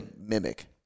mimic